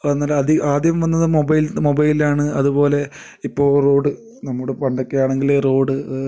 വന്നാലും അദി ആദ്യം വന്നതു മൊബൈൽ മൊബൈലാണ് അതുപോലെ ഇപ്പോൾ റോഡ് നമ്മുടെ പണ്ടൊക്കെ ആണെങ്കിൽ റോഡ്